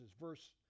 verse